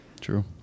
true